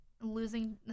losing